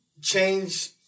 change